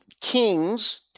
kings